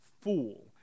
fool